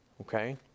Okay